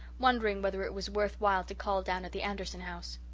wondering whether it was worth while to call down at the anderson house.